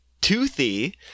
Toothy